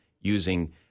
using